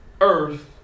earth